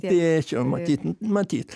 tėčio matyt matyt